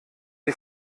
die